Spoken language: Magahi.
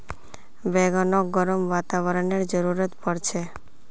बैगनक गर्म वातावरनेर जरुरत पोर छेक